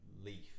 Leaf